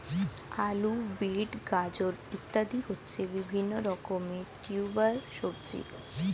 আলু, বিট, গাজর ইত্যাদি হচ্ছে বিভিন্ন রকমের টিউবার সবজি